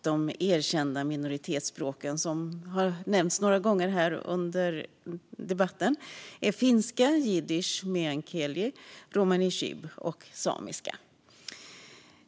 De erkända minoritetsspråken är, som nämnts några gånger i debatten, finska, jiddisch, meänkieli, romani chib och samiska.